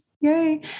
Yay